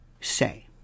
say